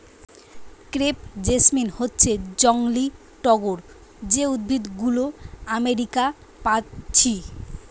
crepe jasmine হচ্ছে জংলি টগর যে উদ্ভিদ গুলো আমেরিকা পাচ্ছি